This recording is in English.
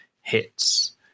hits